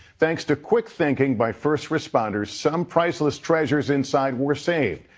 thanks to quick thinking by first responders, some priceless treasures inside were saved.